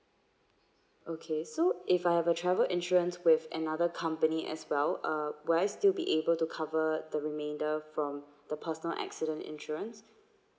okay so if I have a travel insurance with another company as well uh will I still be able to cover the remainder from the personal accident insurance